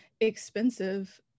expensive